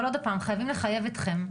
שוב, חייבים לחייב אתכם.